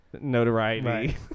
notoriety